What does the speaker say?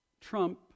trump